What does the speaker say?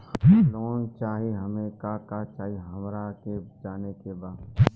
Loan चाही उमे का का चाही हमरा के जाने के बा?